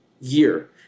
year